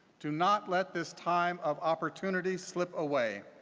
to not let this time of opportunity slip away.